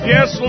Yes